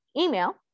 email